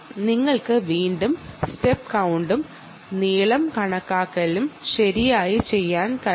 നിങ്ങൾക്ക് വീണ്ടും സ്റ്റെപ്പ് കൌണ്ടും നീളവും കണക്കാക്കാൻ കഴിയും